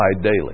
daily